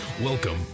Welcome